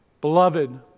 Beloved